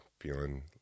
feeling